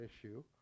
issue